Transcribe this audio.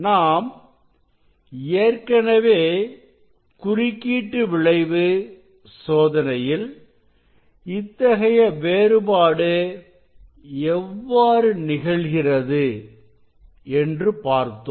நாம் ஏற்கனவே குறுக்கீட்டு விளைவு சோதனையில் இத்தகைய வேறுபாடு எவ்வாறு நிகழ்கிறது என்று பார்த்தோம்